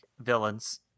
villains